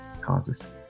causes